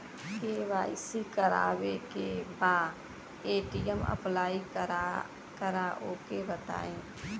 KYC करावे के बा ए.टी.एम अप्लाई करा ओके बताई?